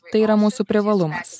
tai yra mūsų privalumas